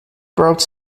brought